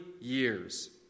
years